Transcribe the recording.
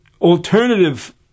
alternative